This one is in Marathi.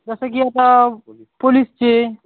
जसं की आता पोलीसचे